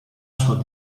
suo